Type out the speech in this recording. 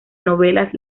novelas